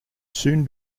soon